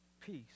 peace